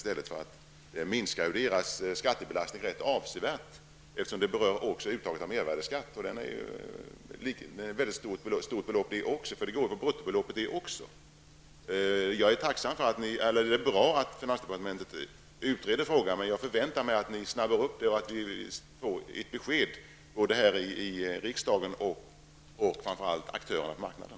Detta minskar ju deras skattebelastning rätt avsevärt, eftersom det även berör uttaget av mervärdeskatt -- och också det är ju ett mycket stort belopp, eftersom även det baseras på bruttobeloppet. Det är bra att finansdepartementet utreder frågan, men jag förväntar mig att ni snabbar på arbetet så att ni kan lämna ett besked till oss här i riksdagen och, framför allt, till aktörerna på marknaden.